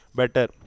better